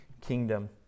kingdom